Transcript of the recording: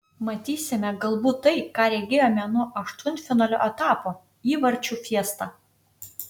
matysime galbūt tai ką regėjome nuo aštuntfinalio etapo įvarčių fiestą